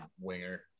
winger